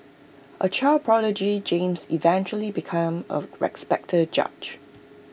A child prodigy James eventually became A respected judge